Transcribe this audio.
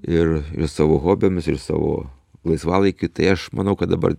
ir savo hobiams ir savo laisvalaikiui tai aš manau kad dabar